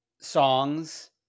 songs